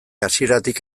hasieratik